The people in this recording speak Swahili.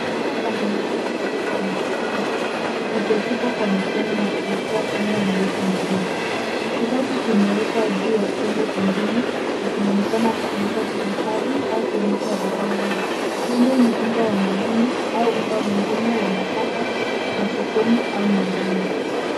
Hapa panaonyesha kikapu cha miviringo kilichosukwa kwa mikono na kuwekwa unga mweupe ndani yake. Kikapu kimewekwa juu ya chombo kingine na kinaonekana kutumika kuhifadhi au kuonyesha bidhaa hiyo. Huenda ni unga wa mahindi au unga mwingine wa nafaka wa sokoni au nyumbani.